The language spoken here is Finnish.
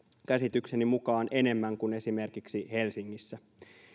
käsitykseni mukaan enemmän kuin esimerkiksi helsingissä